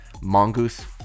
Mongoose